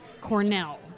Cornell